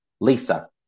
lisa